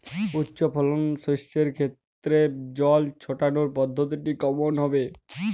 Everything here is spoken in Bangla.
উচ্চফলনশীল শস্যের ক্ষেত্রে জল ছেটানোর পদ্ধতিটি কমন হবে?